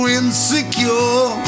insecure